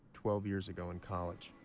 twelve years ago in college.